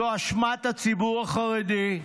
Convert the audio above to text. זו אשמת הציבור החרדי,